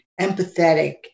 empathetic